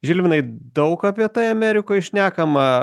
žilvinai daug apie tai amerikoj šnekama